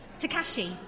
Takashi